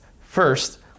First